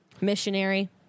missionary